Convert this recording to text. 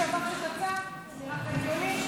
עובדה, נראה לך הגיוני,